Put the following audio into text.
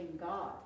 God